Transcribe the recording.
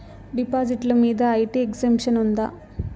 డిపాజిట్లు మీద IT exemption ఉందా?